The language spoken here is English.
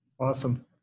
Awesome